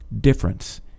difference